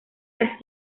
las